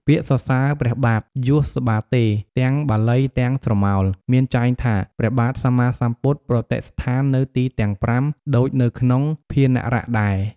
ពាក្យសសើរព្រះបាទ «យស្សបាទេ» ទាំងបាលី ទាំងស្រមោល មានចែងថាព្រះបាទសម្មាសម្ពុទ្ធប្រតិស្ថាននៅទីទាំង៥ ដូចនៅក្នុងភាណរៈដែរ។